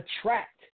attract